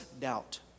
doubt